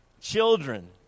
children